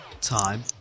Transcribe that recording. time